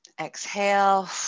exhale